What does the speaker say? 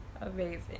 Amazing